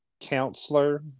counselor